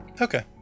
Okay